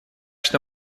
что